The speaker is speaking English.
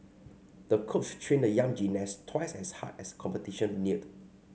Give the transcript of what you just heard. the coach trained the young gymnast twice as hard as competition neared